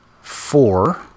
four